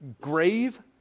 grave